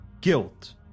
Guilt